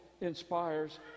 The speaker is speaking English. inspires